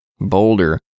Boulder